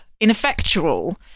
ineffectual